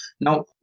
now